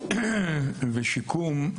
טיפול ושיקום.